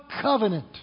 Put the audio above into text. covenant